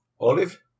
Olive